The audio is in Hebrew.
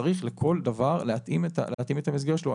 צריך לכל דבר להתאים את המסגרת שלו.